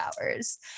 hours